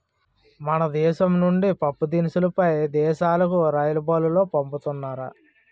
మన దేశం నుండి పప్పుదినుసులు పై దేశాలుకు రైలుబల్లులో పంపుతున్నారు